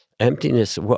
Emptiness